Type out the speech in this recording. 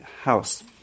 house